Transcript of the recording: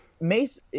Mace